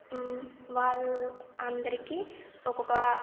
వాళ్ళ అందరికీ ఒక్కొక్క